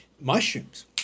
mushrooms